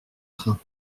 train